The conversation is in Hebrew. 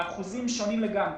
האחוזים שונים לגמרי.